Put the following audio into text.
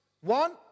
One